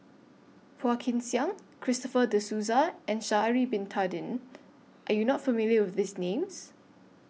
Phua Kin Siang Christopher De Souza and Sha'Ari Bin Tadin Are YOU not familiar with These Names